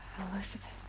elisabet.